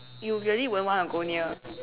you really won't want to go near